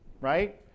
Right